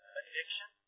addiction